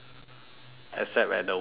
except at the wave there